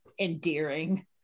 endearing